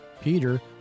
Peter